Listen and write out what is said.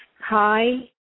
Hi